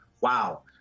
wow